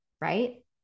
right